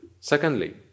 Secondly